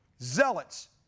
Zealots